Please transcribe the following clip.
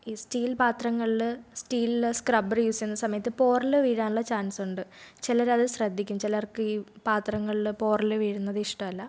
ഈ സ്റ്റീൽ പാത്രങ്ങളിൽ സ്റ്റീലിലെ സ്ക്രബ്ബർ യൂസ് ചെയ്യുന്ന സമയത്ത് പോറൽ വീഴാനുള്ള ചാൻസുണ്ട് ചിലരത് ശ്രദ്ധിക്കും ചിലർക്ക് ഈ പാത്രങ്ങളിൽ പോറൽ വീഴുന്നത് ഇഷ്ടമല്ല സൊ